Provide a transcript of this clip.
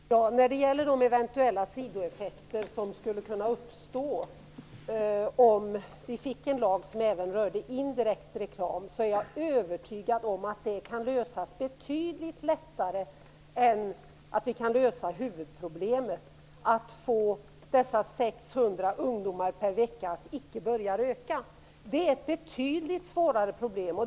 Herr talman! När det gäller de eventuella sidoeffekter som skulle kunna uppstå om vi fick en lag som även rörde indirekt reklam är jag övertygad om att de kan lösas betydligt lättare än huvudproblemet att få dessa 600 ungdomar per vecka att icke börja röka. Det är ett betydligt svårare problem.